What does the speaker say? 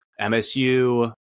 MSU